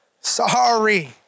Sorry